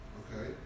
okay